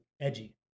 edgy